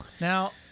now